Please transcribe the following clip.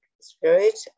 spirit